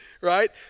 right